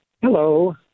Hello